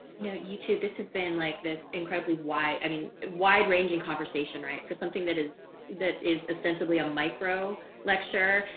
you know you two, this has been like this incredibly why i mean, wide ranging conversation, right, for something that is that is ostensibly a micro lecture.